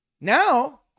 Now